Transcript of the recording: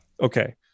Okay